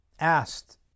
asked